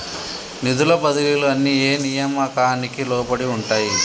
నిధుల బదిలీలు అన్ని ఏ నియామకానికి లోబడి ఉంటాయి?